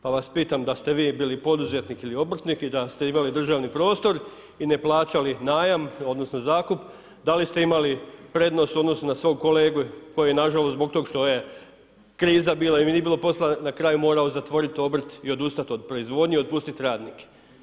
Pa vas pitam da ste vi bili poduzetnik ili obrtnik i da ste imali državni prostor i ne plaćali najam, odnosno zakup, da li ste imali prednost u odnosu na svog kolegu, koji je nažalost zbog tog što je kriza bila i nije bilo posla, na kraju morao zatvorit obrt i odustat od proizvodnje, otpustit radnike.